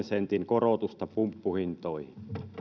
sentin korotusta pumppuhintoihin